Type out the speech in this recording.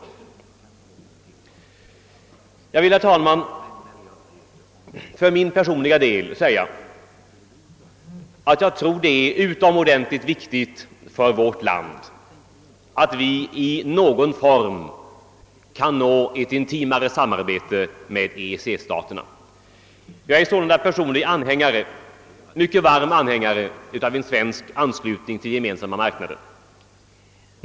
Herr talman! Det är min personliga uppfattning att det är utomordentligt viktigt, att Sverige i någon form kan uppnå ett intimare samarbete med EEC-staterna. Jag är sålunda personligen en mycket varm anhängare av en svensk anslutning till Gemensamma marknaden.